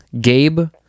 gabe